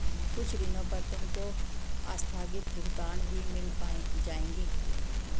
कुछ ऋणों पर तुमको आस्थगित भुगतान भी मिल जाएंगे